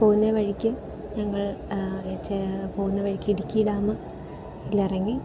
പോവുന്ന വഴിക്ക് ഞങ്ങൾ ചെ പോവുന്ന വഴിക്ക് ഇടുക്കി ഡാമിൽ ഇറങ്ങി